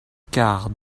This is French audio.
quart